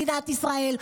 במדינת ישראל,